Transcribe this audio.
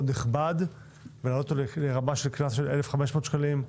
נכבד ולהעלות אותו לרמה של קנס של1,500 שקלים,